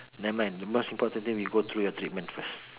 never mind the most important thing we go through your treatment first